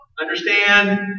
understand